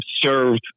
served